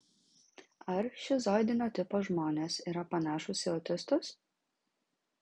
ar šizoidinio tipo žmonės yra panašūs į autistus